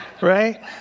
Right